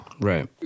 Right